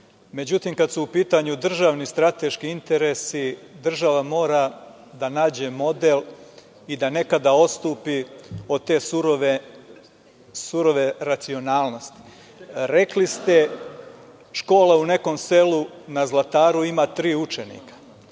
partije.Međutim, kada su u pitanju državni strateški interesi, država mora da nađe model i da nekada odstupi od te surove racionalnosti. Rekli ste – škola u nekom selu na Zlataru ima tri učenika.